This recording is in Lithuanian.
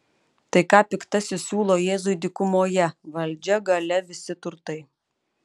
tai ką piktasis siūlo jėzui dykumoje valdžia galia visi turtai